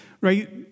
right